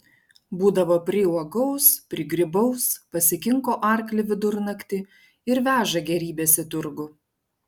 būdavo priuogaus prigrybaus pasikinko arklį vidurnaktį ir veža gėrybes į turgų